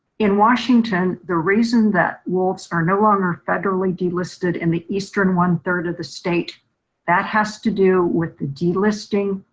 in washington the reason that wolves are no longer federally delisted in the eastern one third of the state that has to do with the delisting,